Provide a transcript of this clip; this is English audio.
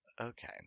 okay